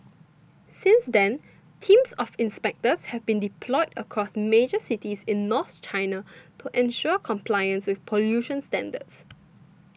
since then teams of inspectors have been deployed across major cities in north China to ensure compliance with pollution standards